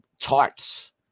tarts